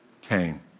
came